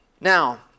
Now